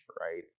right